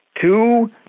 two